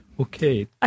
Okay